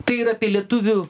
tai yra apie lietuvių